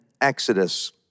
Exodus